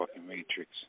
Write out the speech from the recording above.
Matrix